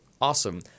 awesome